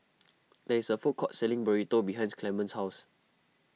there is a food court selling Burrito behind Clement's house